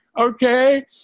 okay